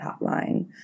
Hotline